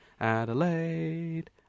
adelaide